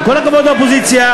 עם כל הכבוד לאופוזיציה,